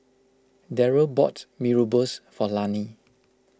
Darryll bought Mee Rebus for Lani